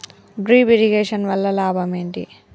Drip irrigation వల్ల లాభం ఏంటి?